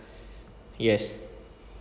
yes